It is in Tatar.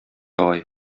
агай